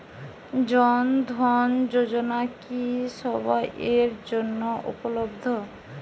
জন ধন যোজনা কি সবায়ের জন্য উপলব্ধ?